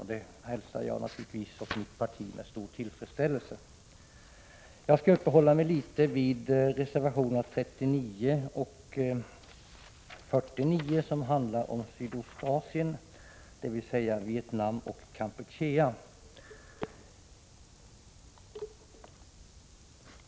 Det hälsar jag och mitt parti naturligtvis med stor tillfredsställelse. Jag skall uppehålla mig litet vid reservationerna 39 och 49, som handlar om Sydostasien, dvs. Vietnam och Kampuchea.